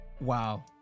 Wow